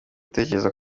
gutekereza